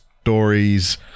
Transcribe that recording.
stories